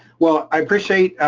well, i appreciate